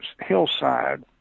hillside